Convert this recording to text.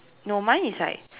no mine is like